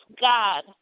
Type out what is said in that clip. God